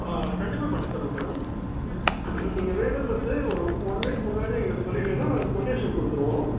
ஆ கண்டிப்பாக பண்ணி தருவோம் மேடம் நீங்கள் வேணுங்றது ஒரு ஒன் வீக் முன்னாடியே எங்களுக்கு சொல்லிவிட்டிங்கன்னா நாங்கள் கொட்டேஷன் கொடுத்துருவோம்